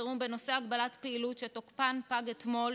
החירום בנושא הגבלת פעילות שתוקפן פג אתמול,